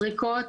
זריקות,